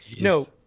No